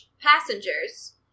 passengers